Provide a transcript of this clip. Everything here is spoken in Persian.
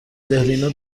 دهلینو